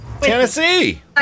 Tennessee